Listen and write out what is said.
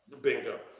Bingo